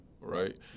right